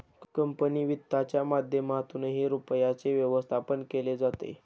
company वित्तच्या माध्यमातूनही रुपयाचे व्यवस्थापन केले जाते